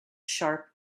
sharp